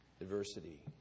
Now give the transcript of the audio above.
adversity